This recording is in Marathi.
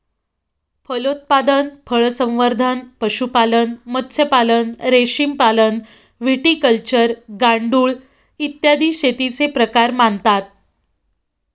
फलोत्पादन, फळसंवर्धन, पशुपालन, मत्स्यपालन, रेशीमपालन, व्हिटिकल्चर, गांडूळ, इत्यादी शेतीचे प्रकार मानतात